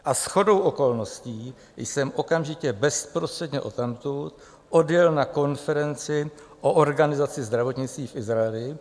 A shodou okolností jsem okamžitě bezprostředně odtamtud odjel na konferenci o organizaci zdravotnictví v Izraeli.